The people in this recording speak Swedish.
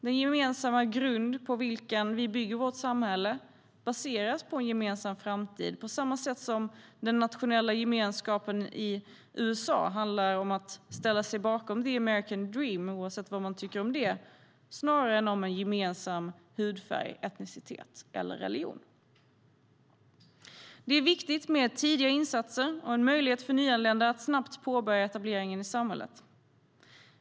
Den gemensamma grund på vilken vi bygger vårt samhälle baseras på en gemensam framtid, på samma sätt som den nationella gemenskapen i USA handlar om att ställa sig bakom the American dream, oavsett vad man tycker om den, snarare än om en gemensam hudfärg, etnicitet eller religion. Det är viktigt med tidiga insatser och en möjlighet för nyanlända att snabbt påbörja etableringen i samhället.